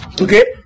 Okay